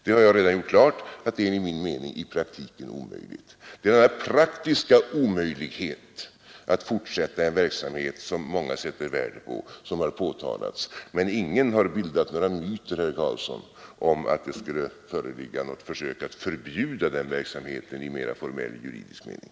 Jag har redan gjort klart att detta i praktiken är omöjligt. Det är denna praktiska omöjlighet att fortsätta en verksamhet som många sätter värde på, som har påtalats. Men ingen har skapat några myter, herr Karlsson, om att det skulle föreligga något försök att förbjuda den verksamheten i mera formell juridisk mening.